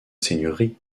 seigneurie